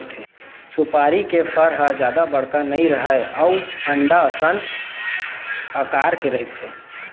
सुपारी के फर ह जादा बड़का नइ रहय अउ अंडा असन अकार के रहिथे